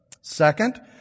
Second